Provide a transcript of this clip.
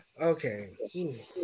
Okay